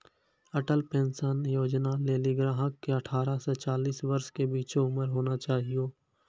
Atal pension Yojana लेली ग्राहक के अठारह से चालीस वर्ष के बीचो उमर होना चाहियो